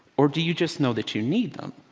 or do you just know that you need them?